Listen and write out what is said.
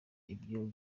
ibyo